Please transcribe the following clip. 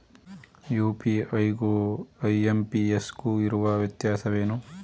UPI ಗು IMPS ಗು ಇರುವ ವ್ಯತ್ಯಾಸವೇನು?